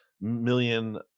million